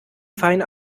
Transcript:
fein